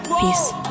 Peace